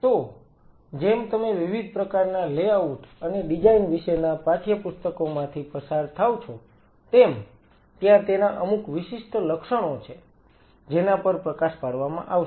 તો જેમ તમે વિવિધ પ્રકારના લેઆઉટ અને ડિઝાઈન વિશેના પાઠ્યપુસ્તકોમાંથી પસાર થાવ છો તેમ ત્યાં તેના અમુક વિશિષ્ટ લક્ષણો છે જેના પર પ્રકાશ પાડવામાં આવશે